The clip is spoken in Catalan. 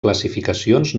classificacions